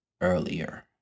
earlier